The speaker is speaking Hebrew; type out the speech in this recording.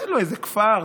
תן לו איזה כפר,